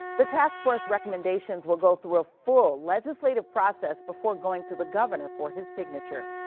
the task force recommendations will go through a full legislative process before going to the governor for his signature.